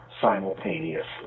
simultaneously